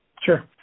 Sure